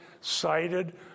cited